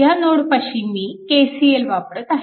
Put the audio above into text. ह्या नोडपाशी मी KCL वापरत आहे